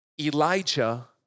Elijah